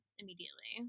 immediately